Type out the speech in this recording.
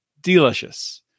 delicious